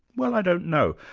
well, i don't know,